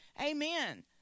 Amen